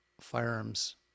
firearms